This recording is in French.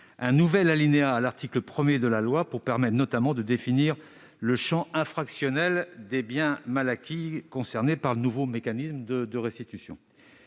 un nouvel alinéa à l'article 1afin notamment de définir le champ infractionnel des biens mal acquis concernés par le nouveau mécanisme de restitution.